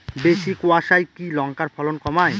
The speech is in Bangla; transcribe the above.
বেশি কোয়াশায় কি লঙ্কার ফলন কমায়?